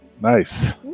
Nice